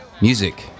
Music